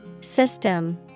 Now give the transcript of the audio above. System